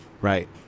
right